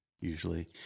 usually